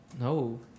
No